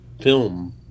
film